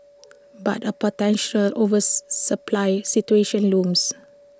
but A potential supply situation looms